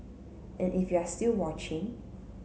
and if you're still watching